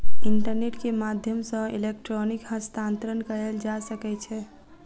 internet के माध्यम सॅ इलेक्ट्रॉनिक हस्तांतरण कयल जा सकै छै